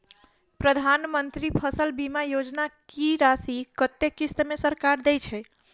प्रधानमंत्री फसल बीमा योजना की राशि कत्ते किस्त मे सरकार देय छै?